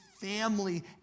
family